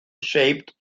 shaped